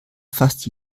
fast